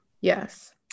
Yes